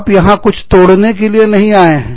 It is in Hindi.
आप यहां कुछ तोड़ने के लिए नहीं आए हैं